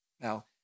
Now